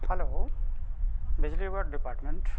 ᱵᱤᱡᱽᱞᱤ